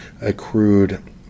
accrued